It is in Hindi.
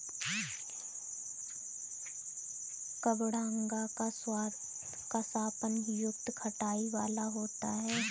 कबडंगा का स्वाद कसापन युक्त खटाई वाला होता है